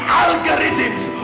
algorithms